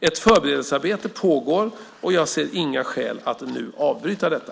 Ett förberedelsearbete pågår, och jag ser inga skäl att nu avbryta detta.